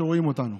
שרואה אותנו.